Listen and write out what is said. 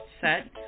set